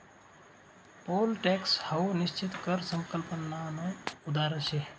pole tax हाऊ निश्चित कर संकल्पनानं उदाहरण शे